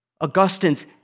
Augustine's